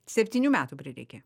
septynių metų prireikė